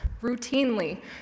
routinely